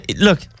look